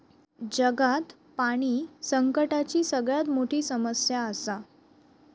जगात पाणी संकटाची सगळ्यात मोठी समस्या आसा